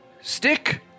stick